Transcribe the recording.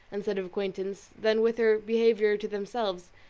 and set of acquaintance, than with her behaviour to themselves,